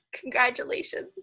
congratulations